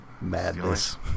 madness